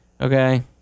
okay